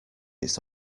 its